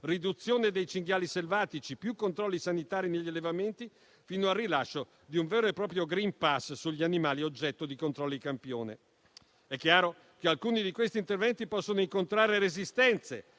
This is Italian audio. riduzione dei cinghiali selvatici, più controlli sanitari negli allevamenti, fino al rilascio di un vero e proprio *green pass* sugli animali oggetto di controlli campione. È chiaro che alcuni di questi interventi possono incontrare resistenze